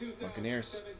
Buccaneers